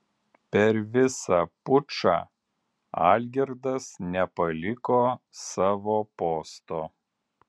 per visą pučą algirdas nepaliko savo posto